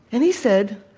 and he said,